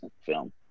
film